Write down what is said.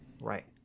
Right